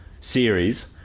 series